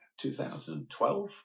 2012